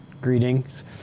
Greetings